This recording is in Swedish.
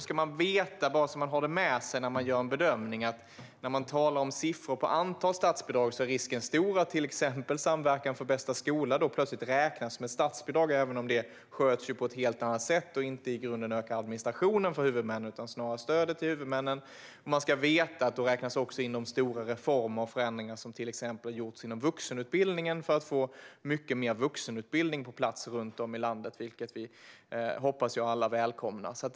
När man talar om siffror på antalet statsbidrag ska man dock veta - bara så att man har det med sig när man gör en bedömning - att risken är stor att till exempel Samverkan för bästa skola plötsligt räknas som ett statsbidrag, även om det sköts på ett helt annat sätt och inte i grunden ökar administrationen för huvudmännen utan snarare stödet till huvudmännen. Man ska också veta att till exempel de stora reformer och förändringar som gjorts för att få mycket mer vuxenutbildning på plats runt om i landet, vilket vi hoppas att alla välkomnar, räknas in.